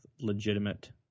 legitimate